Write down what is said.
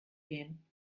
gehen